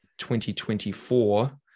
2024